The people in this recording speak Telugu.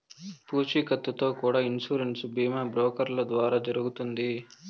పూచీకత్తుతో కూడా ఇన్సూరెన్స్ బీమా బ్రోకర్ల ద్వారా జరుగుతుంది